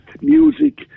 music